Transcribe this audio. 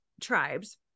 tribes